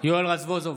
יואל רזבוזוב,